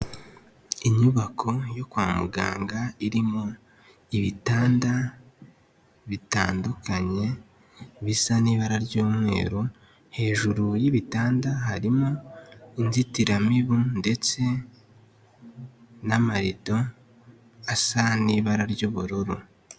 Inyubako yo kwa muganga irimo ibitanda bitandukanye bisa n'ibara ry'umweru, hejuru y'ibitanda harimo inzitiramibu ndetse n'amarido asa n'ibara ry'ubururu.